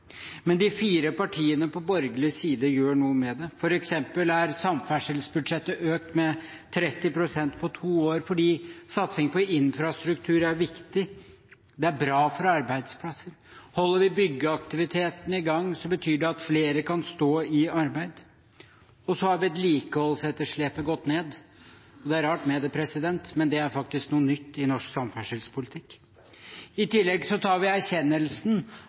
Men de fire partiene på borgerlig side gjør noe med det, f.eks. er samferdselsbudsjettet økt med 30 pst. på to år fordi satsing på infrastruktur er viktig, det er bra for arbeidsplasser. Holder vi byggeaktiviteten i gang, betyr det at flere kan stå i arbeid. Og så har vedlikeholdsetterslepet gått ned. Det er rart med det, men det er faktisk noe nytt i norsk samferdselspolitikk. I tillegg tar vi erkjennelsen